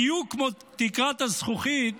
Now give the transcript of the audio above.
בדיוק כמו תקרת הזכוכית